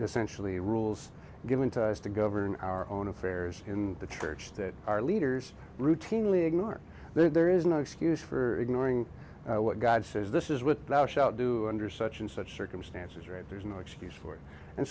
essentially rules given ties to govern our own affairs in the church that our leaders routinely ignore there is no excuse for ignoring what god says this is what thou shalt do under such and such circumstances right there's no excuse for it and